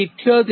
78cos37